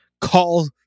call